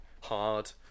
hard